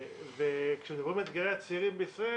כשמדברים על אתגרי הצעירים בישראל,